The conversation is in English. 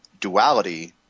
duality